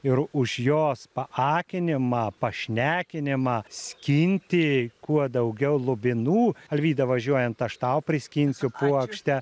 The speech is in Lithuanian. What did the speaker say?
ir už jos paakinimą pašnekinimą skinti kuo daugiau lubinų alvyda važiuojant aš tau priskinsiu puokštę